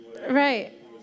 right